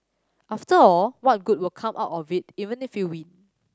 after all what good will come out of it even if you win